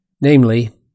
Namely